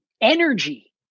energy